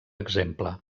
exemple